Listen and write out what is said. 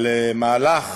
על מהלך